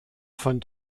von